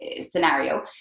scenario